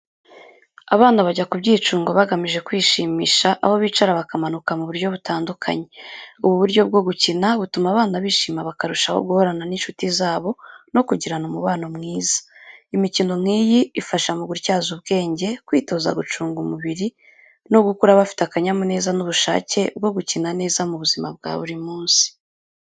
Abana bajya ku byicungo bagamije kwishimisha, aho bicara, bakamanuka mu buryo butandukanye. Ubu buryo bwo gukina butuma abana bishima, bakarushaho guhorana n’inshuti zabo no kugirana umubano mwiza. Imikino nk’iyi ifasha mu gutyaza ubwenge, kwitoza gucunga umubiri no gukura bafite akanyamuneza n’ubushake bwo gukina neza mu buzima bwa buri munsi.